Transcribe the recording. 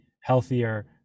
healthier